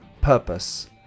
purpose